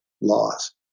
laws